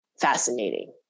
fascinating